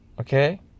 okay